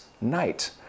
night